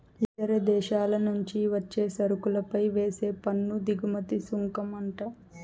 ఇతర దేశాల నుంచి వచ్చే సరుకులపై వేసే పన్ను దిగుమతి సుంకమంట